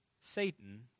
Satan